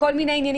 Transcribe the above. כל מיני עניינים